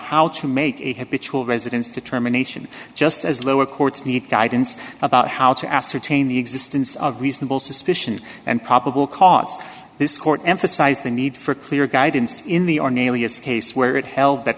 how to make it happy to residence determination just as lower courts need guidance about how to ascertain the existence of reasonable suspicion and probable cause this court emphasized the need for clear guidance in the or nearly as case where it held